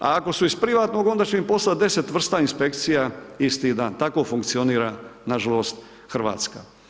Ako su iz privatnog, onda će im poslati 10 vrsta inspekcija isti dan, tako funkcionira na žalost Hrvatska.